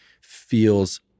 feels